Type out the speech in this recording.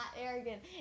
arrogant